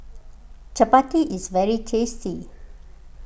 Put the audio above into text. Chapati is very tasty